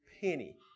penny